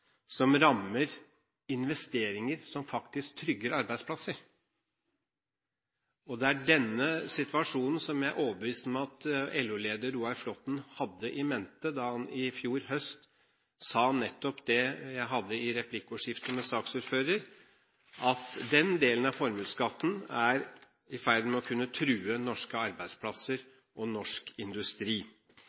som rammer investeringer som faktisk trygger arbeidsplasser. Det er denne situasjonen jeg er overbevist om at LO-leder Roar Flåthen hadde i mente da han i fjor høst sa nettopp det jeg sa i replikkordskiftet med saksordføreren, at den delen av formuesskatten er i ferd med å kunne true norske arbeidsplasser og norsk industri.